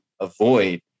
avoid